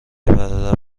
برادر